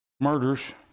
Murders